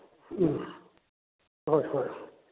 ꯎꯝ ꯍꯣꯏ ꯍꯣꯏ